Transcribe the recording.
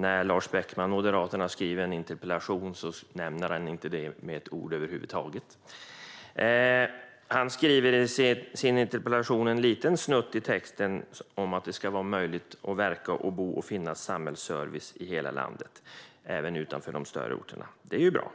När Lars Beckman ställer en interpellation nämner han inte detta med ett ord över huvud taget. Han nämner i sin interpellation en liten snutt om att det ska vara möjligt att verka och bo och att det ska finnas samhällsservice i hela landet, även utanför de större orterna. Det är bra.